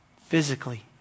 physically